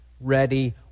ready